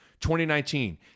2019